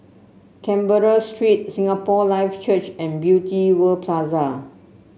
Canberra Street Singapore Life Church and Beauty World Plaza